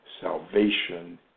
salvation